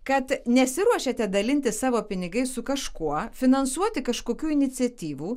kad nesiruošiate dalintis savo pinigais su kažkuo finansuoti kažkokių iniciatyvų